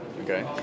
okay